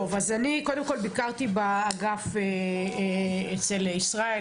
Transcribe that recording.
אז אני קודם כל ביקרתי באגף אצל ישראל,